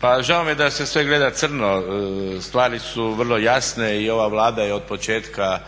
Pa žao mi je da se sve gleda crno, stvari su vrlo jasne i ova Vlada je od početka